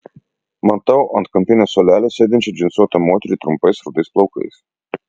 matau ant kampinio suolelio sėdinčią džinsuotą moterį trumpais rudais plaukais